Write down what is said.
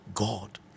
God